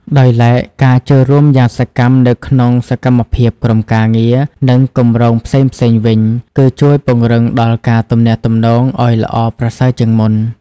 ដោយឡែកការចូលរួមយ៉ាងសកម្មនៅក្នុងសកម្មភាពក្រុមការងារ និងគម្រោងផ្សេងៗ វិញគឺជួយពង្រឹងដល់ការទំនាក់ទំនងឲ្យល្អប្រសើរជាងមុន។